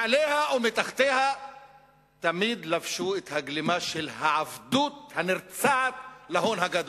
מעליה ומתחתיה תמיד לבשו את הגלימה של העבדות הנרצעת להון הגדול,